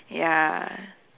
ya